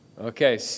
Okay